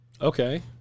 Okay